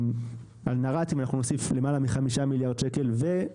על נר"תים נוסיף למעלה מ-5 מיליארד שקל ועל